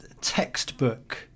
textbook